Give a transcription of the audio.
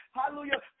Hallelujah